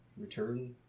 return